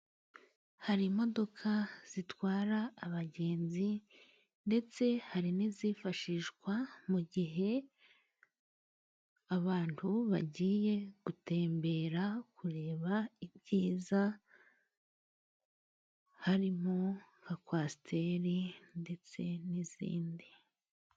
Hari imodoka zitwara abagenzi, ndetse hari n'izifashishwa mu gihe abantu bagiye gutembera, kureba ibyiza, harimo nka kwasiteri, ndetse n'izindi.